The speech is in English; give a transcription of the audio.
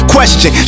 Question